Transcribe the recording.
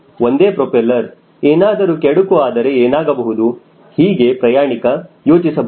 ಒಂದೇ ಪ್ರೋಪೆಲ್ಲರ್ ಏನಾದರೂ ಕೆಡುಕು ಆದರೆ ಏನಾಗಬಹುದು ಹೀಗೆ ಪ್ರಯಾಣಿಕ ಯೋಚಿಸಬಹುದು